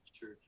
church